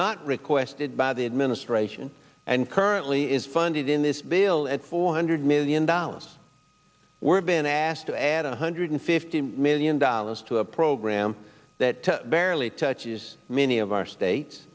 not requested by the administration and currently is funded in this bill at four hundred million dollars we're been asked to add one hundred fifty million dollars to a program that barely touches many of our states